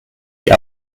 die